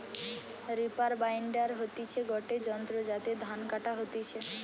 reaper binder হতিছে গটে যন্ত্র যাতে ধান কাটা হতিছে